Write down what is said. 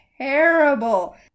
terrible